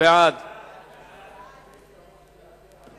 ההצעה להעביר